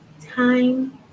time